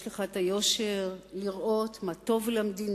יש לך היושר לראות מה טוב למדינה,